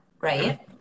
Right